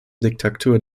diktatur